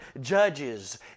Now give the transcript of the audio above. judges